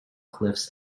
cliffs